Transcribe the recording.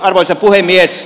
arvoisa puhemies